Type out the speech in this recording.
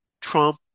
Trump